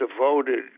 devoted